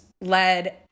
led